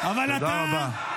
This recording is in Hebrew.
--- תודה רבה.